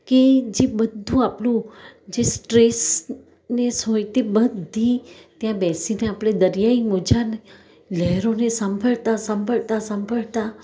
કે જે બધું આપણું જે સ્ટ્રેસ નેસ હોય તે બધી ત્યાં બેસીને આપણે દરિયાઈ મોજા અને લહેરોને સાંભળતા સાંભળતા સાંભળતા